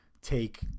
take